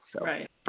Right